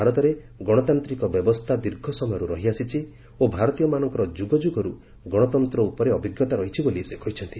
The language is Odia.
ଭାରତରେ ଗଣତାନ୍ତିକ ବ୍ୟବସ୍ଥା ଦୀର୍ଘ ସମୟରୁ ରହିଆସିଛି ଓ ଭାରତୀୟମାନଙ୍କର ଯୁଗଯୁଗରୁ ଗଣତନ୍ତ୍ର ଉପରେ ଅଭିଜ୍ଞତା ରହିଛି ବୋଲି ପ୍ରଧାନମନ୍ତ୍ରୀ କହିଚ୍ଛନ୍ତି